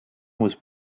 was